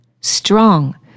strong